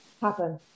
happen